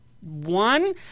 one